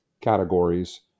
categories